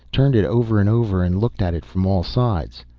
turned it over and over and looked at it from all sides.